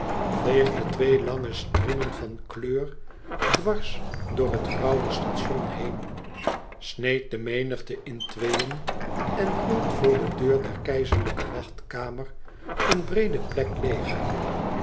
veegde twee lange striemen van kleur dwars door het grauwe station heen sneed de menigte in tweeën en hield voor de deur der keizerlijke wachtkamer een breede plek leêg